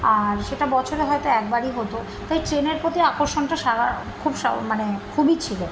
আর সেটা বছরে হয়তো একবারই হতো তাই ট্রেনের প্রতি আকর্ষণটা সারা খুব মানে খুবই ছিল